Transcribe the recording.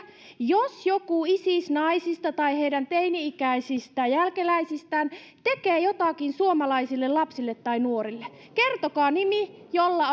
jos joku isis naisista tai heidän teini ikäisistä jälkeläisistään tekee jotakin suomalaisille lapsille tai nuorille kertokaa nimi jolla